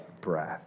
breath